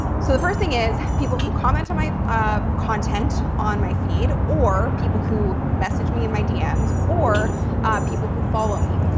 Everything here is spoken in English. so the first thing is, people who comment on my ah content on my feed or people who messaged me in my dms or people who follow me,